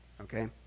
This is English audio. okay